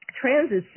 transit